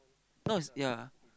no it's yea